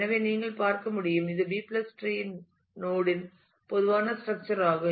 எனவே நீங்கள் பார்க்க முடியும் என இது B டிரீ B treeநோட் யின் பொதுவான ஸ்ட்ரக்சர் ஆகும்